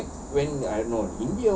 india